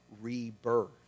rebirth